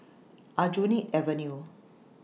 Aljunied Avenue